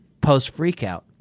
post-freakout